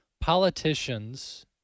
politicians